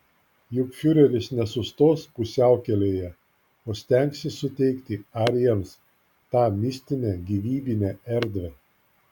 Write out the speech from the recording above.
juk fiureris nesustos pusiaukelėje o stengsis suteikti arijams tą mistinę gyvybinę erdvę